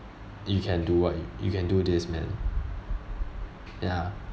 you can do what~ you you can do this man ya